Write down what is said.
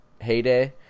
heyday